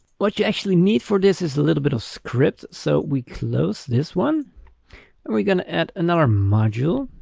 what you actually need for this is a little bit of script. so we close this one and we're going to add another module,